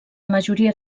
majoria